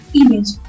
image